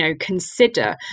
consider